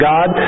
God